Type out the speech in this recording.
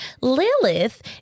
Lilith